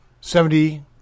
Seventy